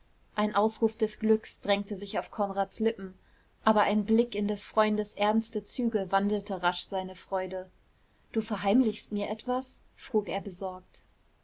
ein ausruf des glücks drängte sich auf konrads lippen aber ein blick in des freundes ernste züge wandelte rasch seine freude du verheimlichst mir etwas frug er besorgt